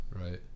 Right